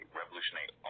revolutionary